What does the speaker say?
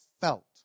felt